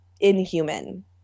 inhuman